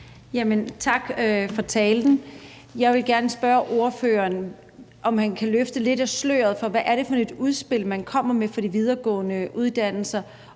Tak for talen. Jeg vil gerne spørge ordføreren, om han kan løfte lidt af sløret for, hvad det er for et udspil, man kommer med for de videregående uddannelser,